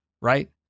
right